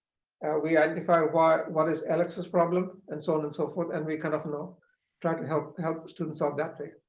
we identify what what is alex's problem and so on and so forth and we kind of of track and help help students ah that way.